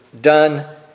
done